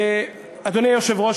אדוני היושב-ראש,